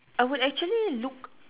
I would actually look